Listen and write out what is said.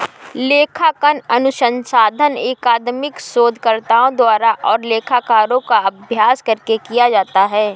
लेखांकन अनुसंधान अकादमिक शोधकर्ताओं द्वारा और लेखाकारों का अभ्यास करके किया जाता है